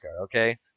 okay